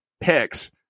picks